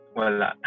wala